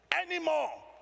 anymore